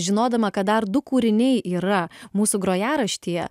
žinodama kad dar du kūriniai yra mūsų grojaraštyje